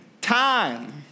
time